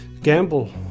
gamble